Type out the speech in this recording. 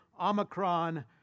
Omicron